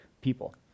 people